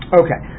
okay